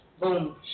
boom